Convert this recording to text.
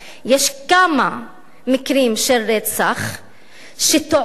יש כמה מקרים של רצח שתועדו